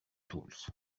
tools